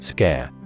Scare